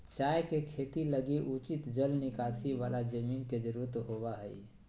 चाय के खेती लगी उचित जल निकासी वाला जमीन के जरूरत होबा हइ